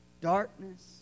darkness